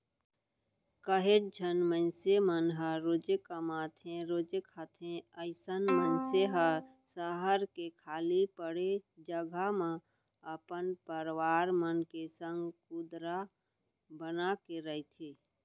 काहेच झन मनसे मन ह रोजे कमाथेरोजे खाथे अइसन मनसे ह सहर के खाली पड़े जघा म अपन परवार मन के संग कुंदरा बनाके रहिथे